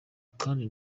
kandi